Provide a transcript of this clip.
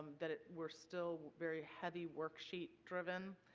that we are still very heavy work-sheet driven.